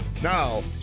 Now